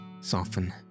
soften